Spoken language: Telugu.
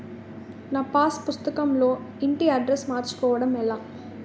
నా పాస్ పుస్తకం లో ఇంటి అడ్రెస్స్ మార్చుకోవటం ఎలా?